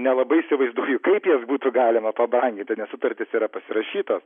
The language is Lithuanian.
nelabai įsivaizduoju kaip jas būtų galima pabranginti nes sutartys yra pasirašytos